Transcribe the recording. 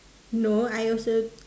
no I also